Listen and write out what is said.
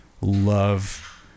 love